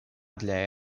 для